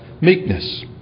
meekness